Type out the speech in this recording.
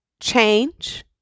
change